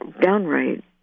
downright